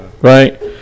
Right